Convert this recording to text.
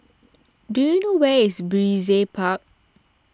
do you know where is Brizay Park